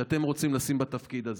שאתם רוצים לשים בתפקיד הזה.